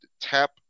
tap